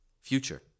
Future